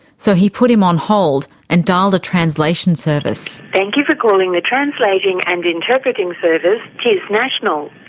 so he put him on hold and dialled a translation service. thank you for calling the translating and interpreting service, tis national.